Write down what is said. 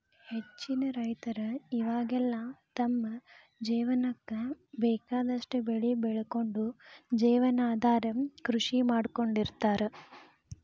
ಹೆಚ್ಚಿನ ರೈತರ ಇವಾಗೆಲ್ಲ ತಮ್ಮ ಜೇವನಕ್ಕ ಬೇಕಾದಷ್ಟ್ ಬೆಳಿ ಬೆಳಕೊಂಡು ಜೇವನಾಧಾರ ಕೃಷಿ ಮಾಡ್ಕೊಂಡ್ ಇರ್ತಾರ